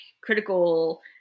critical